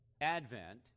advent